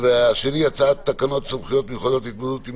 והשני הצעת תקנות סמכויות מיוחדות להתמודדות עם